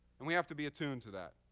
and we have to be attuned to that.